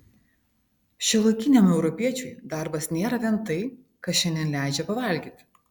šiuolaikiniam europiečiui darbas nėra vien tai kas šiandien leidžia pavalgyti